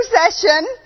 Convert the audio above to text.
procession